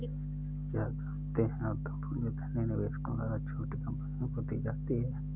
क्या आप जानते है उद्यम पूंजी धनी निवेशकों द्वारा छोटी कंपनियों को दी जाती है?